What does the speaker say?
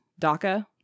DACA